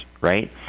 right